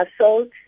assault